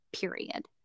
period